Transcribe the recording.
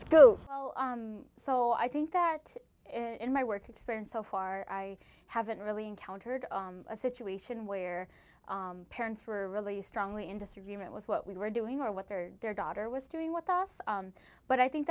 school so i think that in my work experience so far i haven't really encountered a situation where parents were really strongly in disagreement with what we were doing or what their their daughter was doing with us but i think